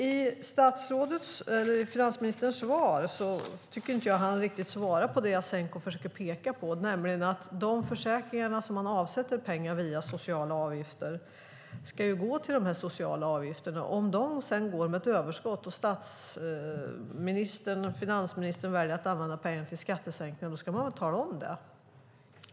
Jag tycker inte att finansministern i sitt svar riktigt svarar på det Jasenko Omanovic försöker peka på, nämligen att de försäkringar som man avsätter pengar till via sociala avgifter ju ska gå till de här sociala försäkringarna. Om de sedan går med ett överskott och statsministern och finansministern väljer att använda pengarna till skattesänkningar ska man väl tala om det.